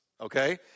okay